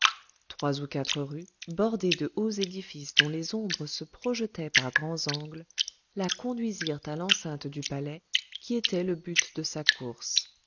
trois ou quatre rues bordées de hauts édifices dont les ombres se projetaient par grands angles la conduisirent à l'enceinte du palais qui était le but de sa course